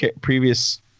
previous